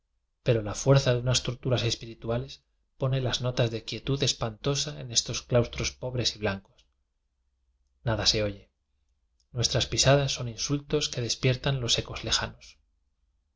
pero la fuerza de unas torturas espirituales pone las notas de quie tud espantosa en estos claustros pobres y blancos nada se oye nuestras pisadas son insultos que despiertan a los ecos le